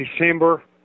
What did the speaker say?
December